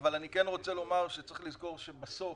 אני רוצה לומר שצריך לזכור שבסוף